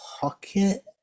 pocket